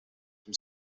from